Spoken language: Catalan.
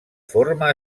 forma